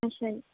ਅੱਛਾ ਜੀ